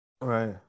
Right